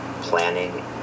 planning